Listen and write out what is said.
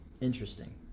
Interesting